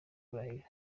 kurahira